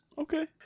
okay